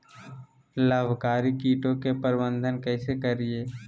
लाभकारी कीटों के प्रबंधन कैसे करीये?